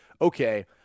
okay